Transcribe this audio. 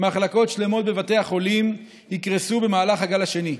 מחלקות שלמות בבתי החולים יקרסו במהלך הגל השני.